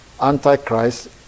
Antichrist